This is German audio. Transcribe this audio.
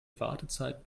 wartezeit